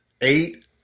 eight